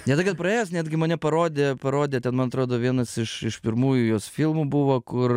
ne tai kad praėjęs netgi mane parodė parodė ten man atrodo vienas iš iš pirmųjų jos filmų buvo kur